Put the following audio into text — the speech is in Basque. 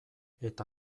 eta